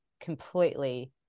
completely